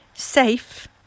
Safe